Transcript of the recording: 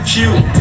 cute